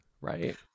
right